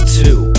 two